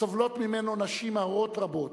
סובלות ממנה נשים הרות רבות,